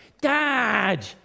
Dad